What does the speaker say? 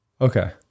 Okay